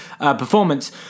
performance